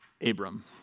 Abram